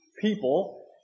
people